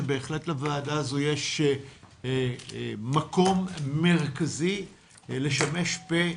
שבהחלט לוועדה הזו יש מקום מרכזי לשמש פה,